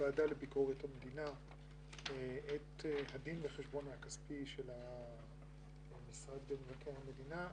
לוועדה לביקורת המדינה את הדין וחשבון הכספי של משרד מבקר המדינה.